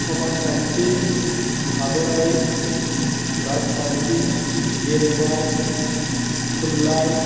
समाजखान्थि हादरारि राजखान्थि गेलेनाय थुनलाइ